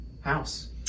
house